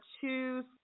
two